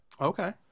Okay